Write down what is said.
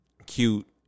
cute